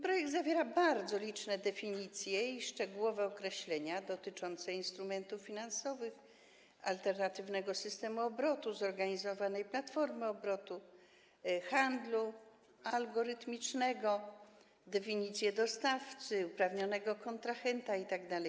Projekt zawiera bardzo liczne definicje i szczegółowe określenia dotyczące instrumentów finansowych, alternatywnego systemu obrotu, zorganizowanej platformy obrotu, handlu algorytmicznego, definicję dostawcy, uprawnionego kontrahenta itd.